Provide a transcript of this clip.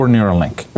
Neuralink